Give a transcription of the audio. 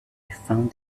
found